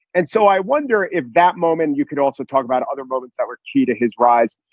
and so i wonder if that moment you could also talk about other moments that were key to his rise.